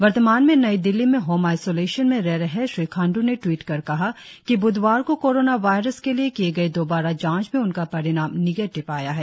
वर्तमान में नई दिल्ली में होम आईशोलेशन में रह रहे श्री खांडू ने ट्वीट कर कहा कि ब्धवार को कोरोना वायरस के लिए किए गए दौबारा जांच में उनका परिणाम निगेटिव आया है